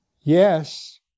Yes